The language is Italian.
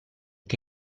che